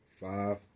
Five